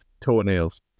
toenails